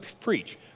preach